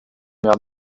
mer